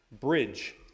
bridge